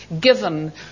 given